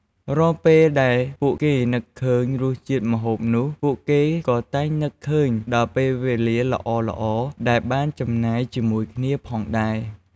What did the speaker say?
រាល់ពេលដែលពួកគេនឹកឃើញរសជាតិម្ហូបនោះ ពួកគេក៏តែងនឹកឃើញដល់ពេលវេលាល្អៗដែលបានចំណាយជាមួយគ្នាផងដែរ។